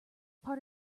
part